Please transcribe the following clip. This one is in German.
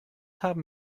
haben